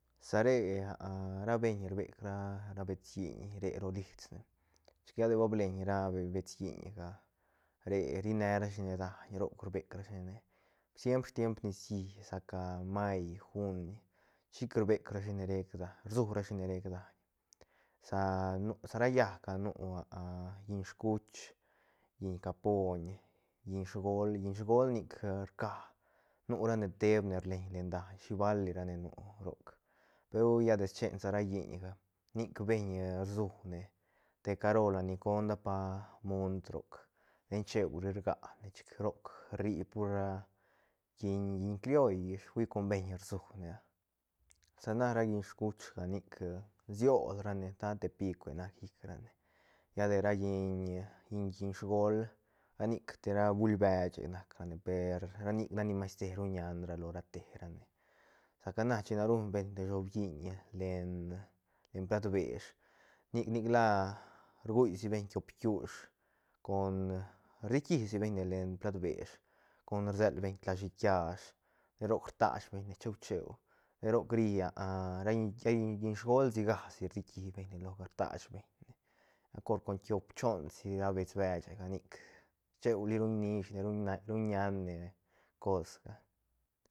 Sa re ra beiñ rbec ra- ra bets lliñ re ro lisne chic lla ba bleiñ ra bets lliñga re rine rashine daiñ roc rbec rashine siempre stiem nicií sa ca may juni chic rbec rashine rec daiñ rsu rashine rec daiñ sa nu sa ra llaäc ga nu lliñ scuch lliñ capoiñ lliñ sgol lliñ sgol nic a rca nu rane teebne relñ len daiñ shi balirane nu roc pe hui lla de schen sa ra lliñga nic beiñ rsu ne te caro latni condapa munt roc ten cheuli rgacne chic roc rri pur ra lliñ-lliñ crioll ish hui com beiñ rsune a sa na ra lliñ scuchga nic siol rane ta te picue nac llic ra ne lla de ra lliñ-lliñ-lliñ sgol ra nic te ra buil beche nac rane per ra nic nac ni masteru ñan lo ra te rane saca na china ruñ beñ te shoblliñ len plat besh nic- nic la rgui si beñ tiop bkiush con rdiquisi beñne len plat besh con rselbeñ tla shiiht kiash roc rtashbeñne cheu- cheu de roc ri ra lliñ-lliñ sgol sigasi rdiki beñne loga rtash beñne galcor con tiop choon si ra bets bechega nic cheuli ruñ nish ne ruñ-ruñ ñan nen cosga